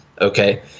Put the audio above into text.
Okay